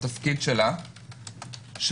בתפקיד שלה,